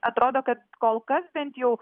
atrodo kad kol kas bent jau